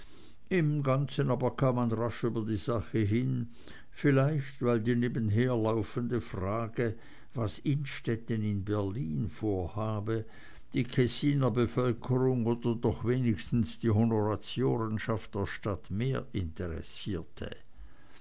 im ganzen aber kam man rasch über die sache hin vielleicht weil die nebenherlaufende frage was innstetten in berlin vorhabe die kessiner bevölkerung oder doch wenigstens die honoratiorenschaft der stadt mehr interessierte